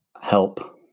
help